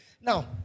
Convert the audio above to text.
Now